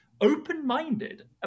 Open-minded